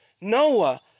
Noah